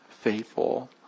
faithful